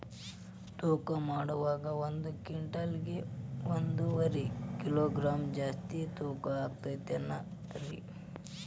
ತೂಕಮಾಡುವಾಗ ಒಂದು ಕ್ವಿಂಟಾಲ್ ಗೆ ಒಂದುವರಿ ಕಿಲೋಗ್ರಾಂ ಜಾಸ್ತಿ ಯಾಕ ತೂಗ್ತಾನ ರೇ?